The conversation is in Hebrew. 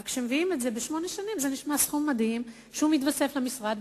אבל כשמביאים את זה לשמונה שנים זה נשמע סכום מדהים שמתווסף למשרד,